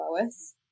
Lois